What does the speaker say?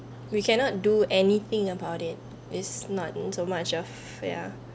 we cannot do anything about it it's not in so much of ya